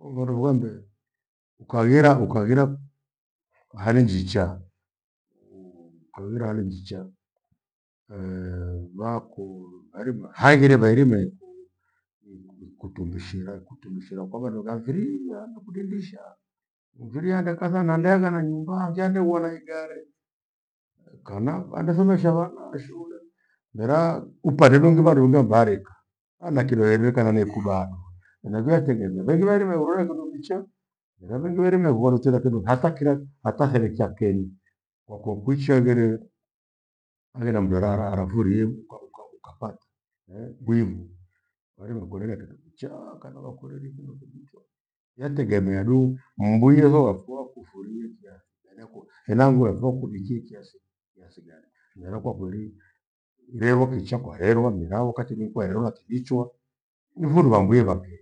lupha luvambe ukaghira- ukaghira hali njicha ukaghira hali njicha vaku hairima haghire vairime ku- ikutumishira- kutumishira kwa vandu vya mfirii hiya handu kudidisha mfiri hande kathana andeaghana na nyumba hagheanda huwa na ighare. Lekana andethomesha vana shule. Mera uparilo luva ndio ndio mvareka ana kirwerwe kana niikuvaadu. Henachio wategemea vekirwaremo urwerwe kindo kichaa, mira vingi verima kuarichira kindo hatha kira hata therikia kenyi. Kwako kwicha heghire, haghire mndu herara hara furire uka- uka- ukapata eh! mbwivu kwairima mkorea kindo kichaa kana vakurere kindo kivichwa yategemeadu mbwietho wapho wakufurie njia yanakwe henangu yapho wakuvikie kiasi kiasi gani mera kwa kweli rerwa kicha kwa herwa mira wakati mingi kwarerwa kivichwa nifundu vambwie vakei.